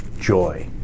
joy